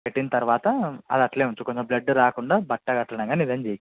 పెట్టిన తర్వాత అది అట్లే ఉంచుకో నువ్వు బ్లడ్ రాకుండా బట్ట కట్టడం కానీ ఏదన్న చేయి